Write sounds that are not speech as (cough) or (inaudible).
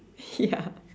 (laughs) ya